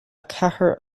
ceathair